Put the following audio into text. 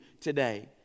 today